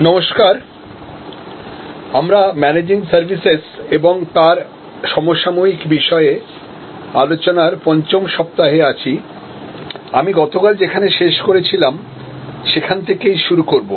hello আমরা managing services এবং তার সমসাময়িক বিষয়ে আলোচনার পঞ্চম সপ্তাহে আছি আমি গতকাল যেখানে শেষ করেছিলাম সেখান থেকেইশুরু করব